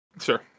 Sure